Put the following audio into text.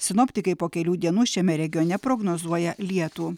sinoptikai po kelių dienų šiame regione prognozuoja lietų